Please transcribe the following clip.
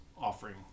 offering